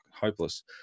Hopeless